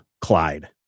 Clyde